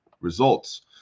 results